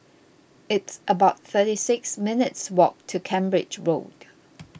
it's about thirty six minutes' walk to Cambridge Road